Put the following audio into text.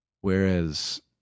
Whereas